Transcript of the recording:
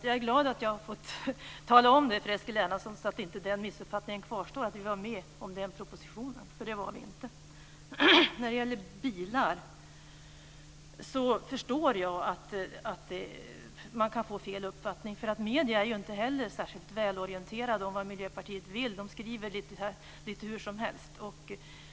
Jag är glad över att jag har fått tala om det för Eskil Erlandsson, så att inte missuppfattningen kvarstår att vi var med om den propositionen. Det var vi alltså inte. När det gäller bilarna förstår jag att man kan få fel uppfattning. Medierna är inte särskilt välorienterade kring vad Miljöpartiet vill. De skriver lite hur som helst.